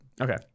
Okay